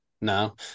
No